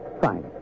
Fine